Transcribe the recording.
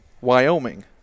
Wyoming